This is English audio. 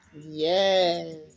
Yes